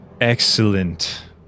Excellent